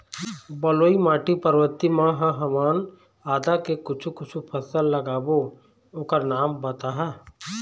बलुई माटी पर्वतीय म ह हमन आदा के कुछू कछु फसल लगाबो ओकर नाम बताहा?